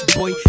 boy